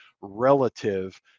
relative